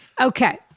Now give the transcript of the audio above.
Okay